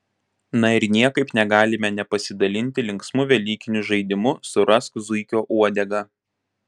na ir niekaip negalime nepasidalinti linksmu velykiniu žaidimu surask zuikio uodegą